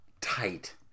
tight